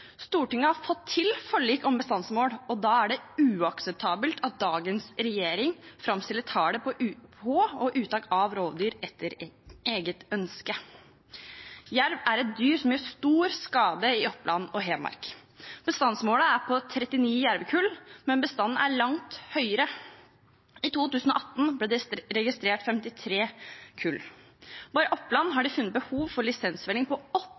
Stortinget har fått til forlik om bestandsmål, og da er det uakseptabelt at dagens regjering framstiller tallet på og uttak av rovdyr etter eget ønske. Jerv er et dyr som gjør stor skade i Oppland og Hedmark. Bestandsmålet er på 39 jervekull, men bestanden er langt høyere. I 2018 ble det registrert 53 kull. Bare i Oppland har de funnet behov for lisensfelling av åtte